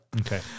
Okay